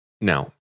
Now